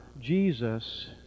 Jesus